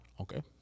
Okay